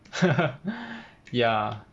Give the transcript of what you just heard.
ya